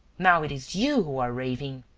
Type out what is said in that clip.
now it is you who are raving.